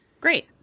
great